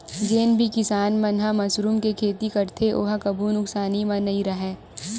जेन भी किसान मन ह मसरूम के खेती करथे ओ ह कभू नुकसानी म नइ राहय